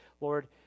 Lord